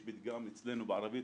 יש פתגם אצלנו בערבית